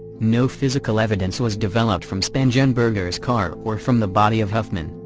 no physical evidence was developed from spangenberger's car or from the body of huffman,